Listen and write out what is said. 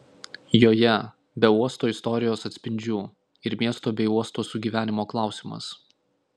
joje be uosto istorijos atspindžių ir miesto bei uosto sugyvenimo klausimas